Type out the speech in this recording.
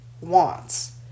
wants